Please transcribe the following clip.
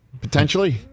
potentially